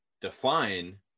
define